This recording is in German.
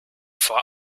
vor